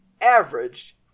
averaged